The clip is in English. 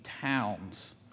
towns